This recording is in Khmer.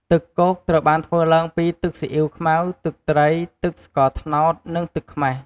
ទឹកគោកត្រូវបានធ្វើឡើងពី ទឹកស៊ីអ៊ុីវខ្មៅ ទឹកត្រី ទឹកស្ករត្នោត និងទឹកខ្មេះ។